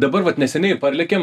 dabar vat neseniai parlėkėm